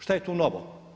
Šta je tu novo?